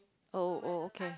oh oh okay